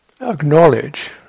acknowledge